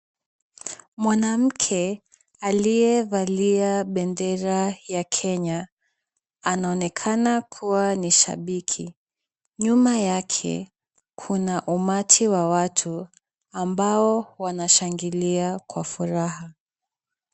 Mwanamke aliyevalia bendera ya Kenya, anaonekana kuwa ni shabiki. Nyuma yake kuna umati wa watu ambao wanashangilia kwa furaha.